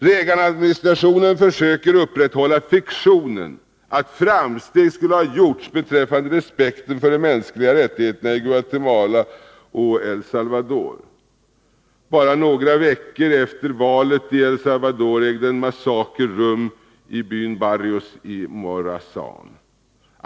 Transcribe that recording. Reaganadministrationen försöker upprätthålla fiktionen att framsteg skulle ha gjorts beträffande respekten för de mänskliga rättigheterna i Guatemala och El Salvador. Bara några veckor efter valet i El Salvador ägde en massaker rum i byn Barrios i Morazan.